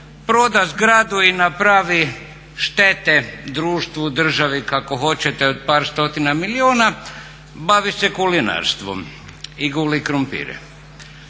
proda zgradu i napravi štete društvu, državi kako hoćete od par stotina milijuna bavi se kulinarstvom i guli krumpire.